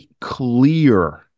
clear